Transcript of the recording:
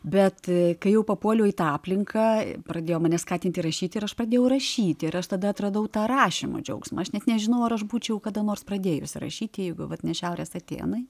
bet kai jau papuoliau į tą aplinką pradėjo mane skatinti rašyti ir aš pradėjau rašyti ir aš tada atradau tą rašymo džiaugsmą aš net nežinau ar aš būčiau kada nors pradėjus rašyti jeigu ne šiaurės atėnai